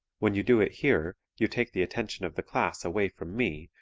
when you do it here you take the attention of the class away from me,